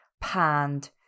panned